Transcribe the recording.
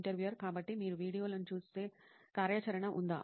interviewer కాబట్టి మీరు వీడియోలను చూసే కార్యాచరణ ఉందా